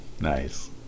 nice